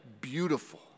beautiful